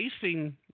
facing